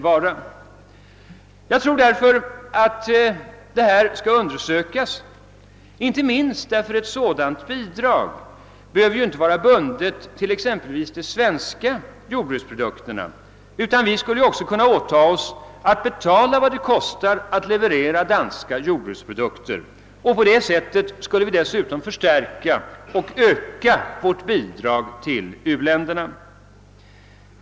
Möjligheterna borde undersökas — inte minst därför att ett sådant bidrag inte behöver vara bundet t.ex. till svenska jordbruksprodukter — för oss att åtaga oss att betala vad det kostar att exportera danska jordbruksprodukter till u-länderna inom ramen för WFP. På det sättet skulle vi samtidigt öka vår hjälp till u-länderna.